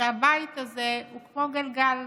שהבית הזה הוא כמו גלגל,